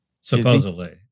supposedly